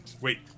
Wait